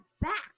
back